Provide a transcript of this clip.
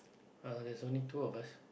uh there's only two of us